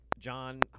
John